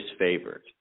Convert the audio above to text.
disfavored